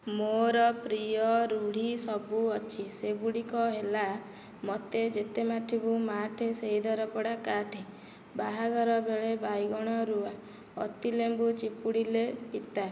ମୋର ପ୍ରିୟ ରୁଢ଼ି ସବୁ ଅଛି ସେଗୁଡ଼ିକ ହେଲା ମୋତେ ଯେତେ ମାଠିବୁ ମାଠେ ସେହି ଦରପଡ଼ା କାଠେ ବାହାଘର ବେଳେ ବାଇଗଣ ରୁଆ ଅତି ଲେମ୍ବୁ ଚିପୁଡ଼ିଲେ ପିତା